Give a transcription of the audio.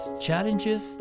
challenges